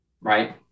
right